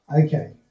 Okay